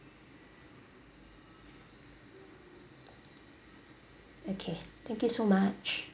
okay thank you so much